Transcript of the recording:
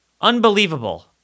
Unbelievable